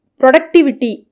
productivity